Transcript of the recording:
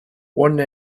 one